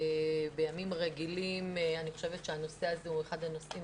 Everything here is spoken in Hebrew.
בימים רגילים אני חושבת שהנושא הזה הוא אחד הנושאים